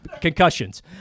concussions